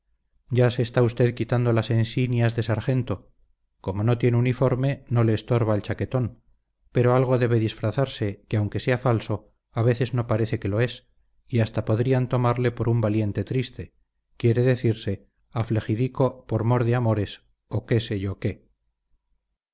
ya se está usted quitando las ensinias de sargento como no tiene uniforme no le estorba el chaquetón pero algo debe disfrazarse que aunque sea falso a veces no parece que lo es y hasta podrían tomarle por un valiente triste quiere decirse aflegidico por mor de amores o qué sé yo qué